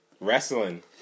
wrestling